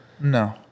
No